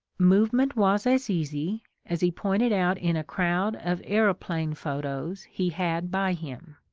movement was as easy, as he pointed out in a crowd of aeroplane photos he had by him.